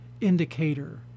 indicator